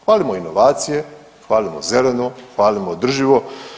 Hvalimo inovacije, hvalimo zeleno, hvalimo održivo.